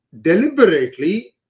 deliberately